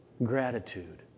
Gratitude